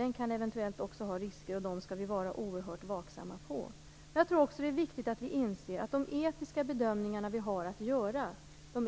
Den kan eventuellt också ha risker, och dem skall vi vara oerhört vaksamma på. Jag tror också att det är viktigt att vi inser att de etiska bedömningarna vi har att göra